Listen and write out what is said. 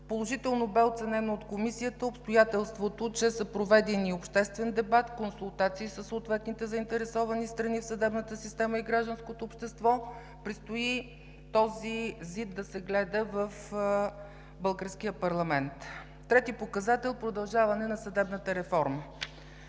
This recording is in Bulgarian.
Положително бе оценено от Комисията обстоятелството, че са проведени обществен дебат, консултации със съответните заинтересовани страни в съдебната система и гражданското общество. Предстои Законопроектът за изменение и допълнение да се гледа в българския парламент. Трети показател: „Продължаване на съдебната реформа“.